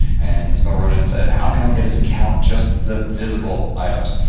and isabelle wrote and said, how can i get it to count just the visible items?